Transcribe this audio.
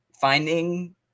finding